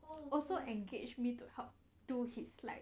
also engaged me to help do his slides